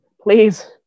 Please